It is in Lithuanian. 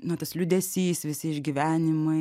na tas liūdesys visi išgyvenimai